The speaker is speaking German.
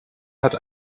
hat